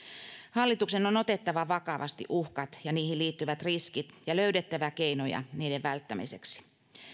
hallituksen on otettava vakavasti uhkat ja niihin liittyvät riskit ja löydettävä keinoja niiden välttämiseksi